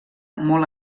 molt